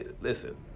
Listen